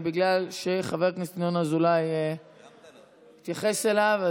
בגלל שחבר הכנסת ינון אזולאי התייחס אליו.